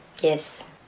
Yes